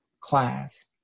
class